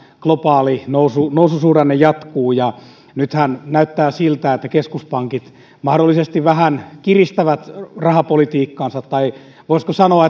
globaali noususuhdanne jatkuu nythän näyttää siltä että keskuspankit mahdollisesti vähän kiristävät rahapolitiikkaansa tai voisiko sanoa